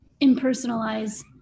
impersonalize